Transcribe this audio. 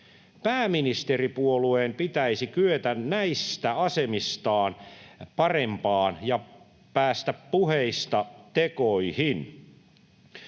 Pääministeripuolueen pitäisi kyetä näistä asemistaan parempaan ja päästä puheista tekoihin.